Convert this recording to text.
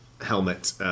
helmet